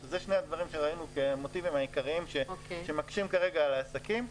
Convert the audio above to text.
שאלה שני הדברים שראינו כמוטיבים העיקריים שמקשים כרגע על העסקים,